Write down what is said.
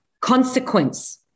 consequence